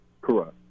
Correct